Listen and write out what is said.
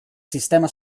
sistema